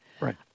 right